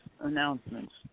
announcements